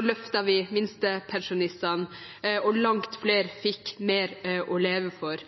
løftet vi minstepensjonistene og langt flere fikk mer å leve for.